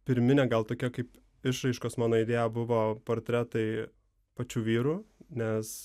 pirminė gal tokia kaip išraiškos mano idėja buvo portretai pačių vyrų nes